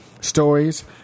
stories